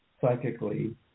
psychically